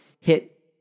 hit